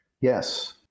Yes